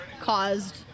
caused